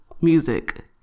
music